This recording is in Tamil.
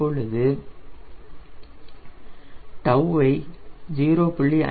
இப்பொழுது 𝜏 ஐ 0